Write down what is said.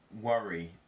Worry